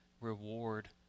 reward